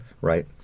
right